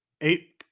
eight